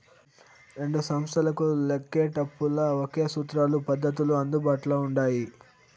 రెండు సంస్తలకు లెక్కేటపుల్ల ఒకే సూత్రాలు, పద్దతులు అందుబాట్ల ఉండాయి